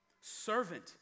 servant